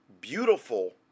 beautiful